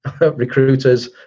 recruiters